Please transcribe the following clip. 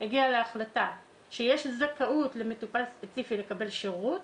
הגיעה להחלטה שיש זכאות למטופל ספציפי לקבל שירות,